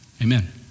amen